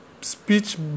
speech